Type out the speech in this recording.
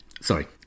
Sorry